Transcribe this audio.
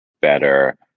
better